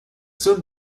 soon